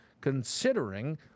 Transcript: considering